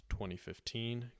2015